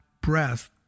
breath